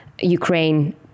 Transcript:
Ukraine